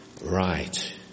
Right